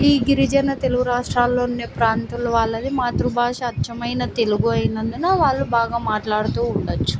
ఈ గిరిజన తెలుగు రాష్ట్రాల్లో ఉన్న ప్రాంతస్తులు వాళ్ళది మాతృభాష అచ్చమైన తెలుగు అయినందున వాళ్ళు బాగా మాట్లాడుతూ ఉండొచ్చు